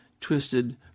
twisted